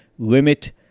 Limit